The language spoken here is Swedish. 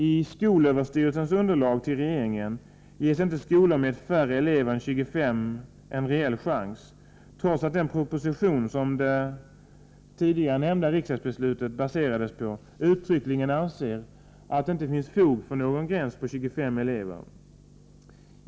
I skolöverstyrelsens underlag till regeringen ges inte skolor med färre elever än 25 en reell chans, trots att den proposition som det tidigare nämnda riksdagsbeslutet baserades på uttryckligen anger att det inte finns fog för någon nedre gräns vid 25 elever.